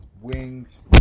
wings